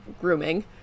grooming